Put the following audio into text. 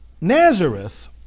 Nazareth